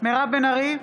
מירב בן ארי,